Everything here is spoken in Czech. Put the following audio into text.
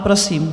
Prosím.